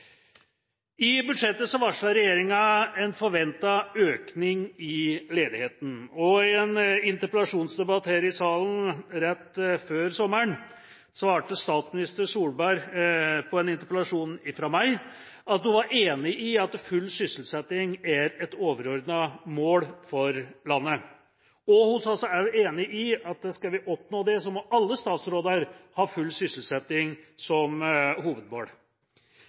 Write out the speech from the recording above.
I budsjettet varsler regjeringa en forventet økning i ledigheten, og i en interpellasjonsdebatt her i salen rett før sommeren svarte statsminister Solberg på interpellasjonen fra meg at hun var enig i at full sysselsetting er et overordnet mål for landet. Hun sa seg også enig i at skal vi oppnå det, må alle statsråder ha full sysselsetting som hovedmål.